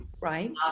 right